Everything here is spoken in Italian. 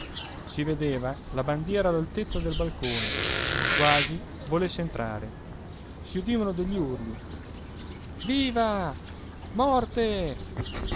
si vedeva la bandiera all'altezza del balcone quasi volesse entrare si udivano degli urli viva morte